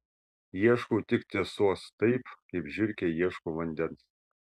ieškau tik tiesos taip kaip žiurkė ieško vandens